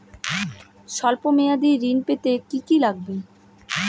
সল্প মেয়াদী ঋণ পেতে কি কি লাগবে?